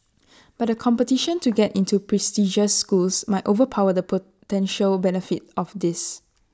but the competition to get into prestigious schools might overpower the potential benefits of this